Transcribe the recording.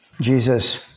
Jesus